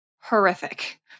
horrific